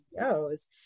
CEOs